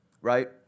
Right